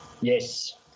yes